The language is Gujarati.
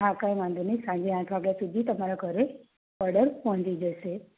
હાં કઈ વાંધો નઇ સંજે આઠ વાગ્યા સુધી તમારા ઘરે ઓર્ડર પહોંચી જશે